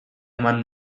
eman